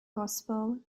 gospel